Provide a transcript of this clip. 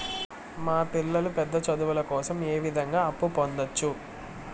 మా పిల్లలు పెద్ద చదువులు కోసం ఏ విధంగా అప్పు పొందొచ్చు?